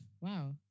Wow